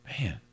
Man